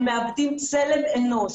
הם מאבדים צלם אנוש.